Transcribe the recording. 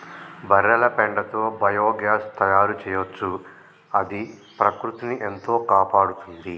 బర్రెల పెండతో బయోగ్యాస్ తయారు చేయొచ్చు అది ప్రకృతిని ఎంతో కాపాడుతుంది